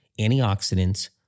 antioxidants